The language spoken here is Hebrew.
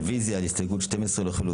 מי בעד הרוויזיה על הסתייגות מספר 34?